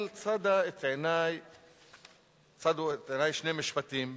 אבל צדו את עיני שני משפטים.